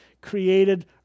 created